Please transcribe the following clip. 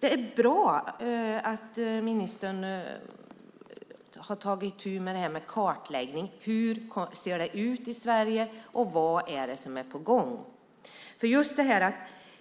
Det är bra att ministern har tagit itu med en kartläggning av hur det ser ut i Sverige och av vad som är på gång.